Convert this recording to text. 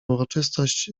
uroczystość